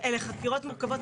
אלה חקירות מורכבות,